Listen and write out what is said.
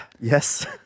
Yes